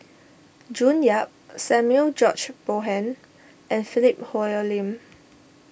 June Yap Samuel George Bonham and Philip Hoalim